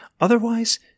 Otherwise